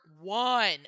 one